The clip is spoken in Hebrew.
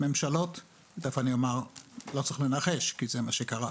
ממשלות תכף אומר שלא צריך לנחש כי זה מה שקרה